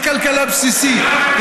זה כלכלה בסיסית.